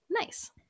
nice